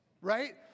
right